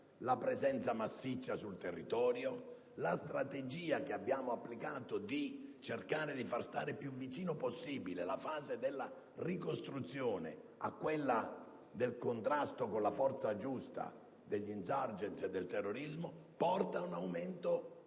la presenza massiccia sul territorio, la strategia, che abbiamo applicato, di cercare di far stare il più vicino possibile la fase della ricostruzione a quella del contrasto con la forza giusta dell'*insurgence* del terrorismo porta a un aumento della